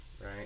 Right